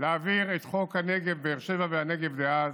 להעביר את חוק באר שבע והנגב דאז,